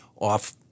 off